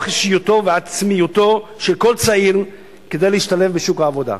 אישיותו ועצמיותו של כל צעיר כדי להשתלב בשוק העבודה".